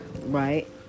Right